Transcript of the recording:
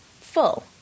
full